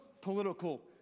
political